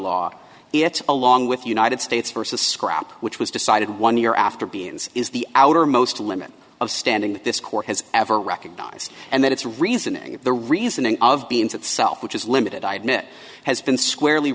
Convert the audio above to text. it along with the united states versus scrap which was decided one year after being is the outermost limit of standing that this court has ever recognized and then it's reasoning the reasoning of being itself which is limited i admit has been squarely